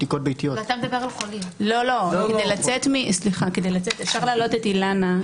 אפשר להעלות את אילנה,